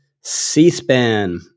C-SPAN